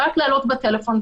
רק לעלות בטלפון,